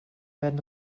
werden